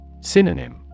Synonym